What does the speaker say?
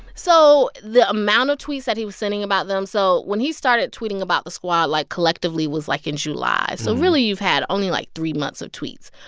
so the amount of tweets that he was sending about them. so when he started tweeting about the squad, like, collectively was, like, in july. so really, you've had only, like, three months of tweets.